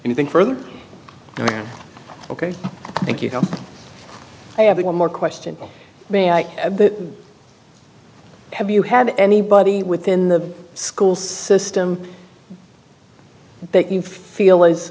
even further ok thank you kelly i have one more question may i have you have anybody within the school system that you feel is